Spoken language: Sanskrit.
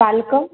पालकं